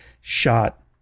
Shot